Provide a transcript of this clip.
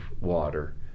water